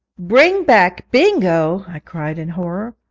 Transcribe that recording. bring back bingo i cried in horror.